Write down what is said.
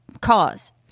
cause